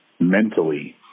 mentally